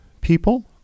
people